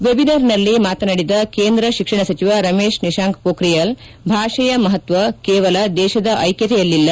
webinar ನಲ್ಲಿ ಮಾತನಾಡಿದ ಕೇಂದ್ರ ಶಿಕ್ಷಣ ಸಚಿವ ರಮೇಶ್ ನಿಶಾಂಕ್ ಮೋಖ್ರಿಯಾಲ್ ಭಾಷೆಯ ಮಪತ್ವ ಕೇವಲ ದೇಶದ ಐಕ್ಕತೆಯಲ್ಲಿಲ್ಲ